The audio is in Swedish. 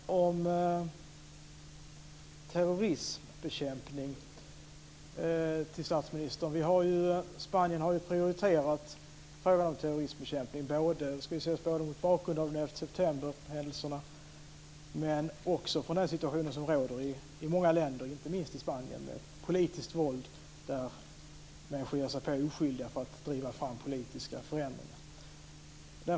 Herr talman! Jag har en fråga om terrorismbekämpning till statsministern. Spanien har prioriterat frågan om terrorismbekämpning både mot bakgrund av händelserna den 11 september och den situation som råder i många länder, inte minst i Spanien, med politiskt våld och där människor ger sig på oskyldiga för att driva fram politiska förändringar.